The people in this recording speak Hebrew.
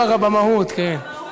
בודד במהות, כן.